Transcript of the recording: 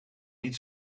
niet